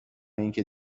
اینکه